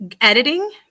editing